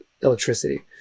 electricity